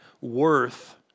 worth